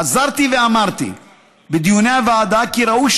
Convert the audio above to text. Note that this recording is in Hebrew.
חזרתי ואמרתי בדיוני הוועדה כי ראוי